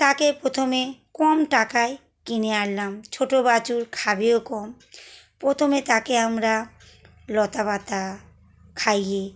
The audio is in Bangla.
তাকে প্রথমে কম টাকায় কিনে আনলাম ছোটো বাছুর খাবেও কম প্রথমে তাকে আমরা লতা পাতা খাইয়ে